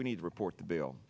we need to report the bill